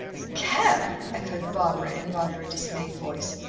a cab! echoed barbara in rather a dismayed voice.